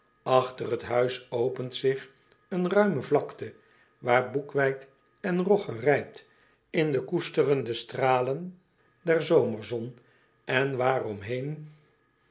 achter het huis opent zich een ruime vlakte waar boekweit en rogge rijpt in de koesterende stralen der zomerzon en waaromheen